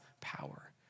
power